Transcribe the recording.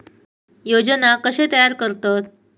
योजना कशे तयार करतात?